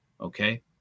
okay